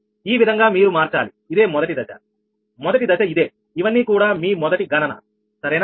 ఈ విధంగా మీరు మార్చాలి ఇదే మొదటి దశ మొదటి దశ ఇదే ఇవన్నీ కూడా మీ మొదటి గణన సరేనా